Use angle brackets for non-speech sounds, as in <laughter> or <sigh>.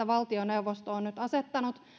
<unintelligible> valtioneuvosto on nyt asettanut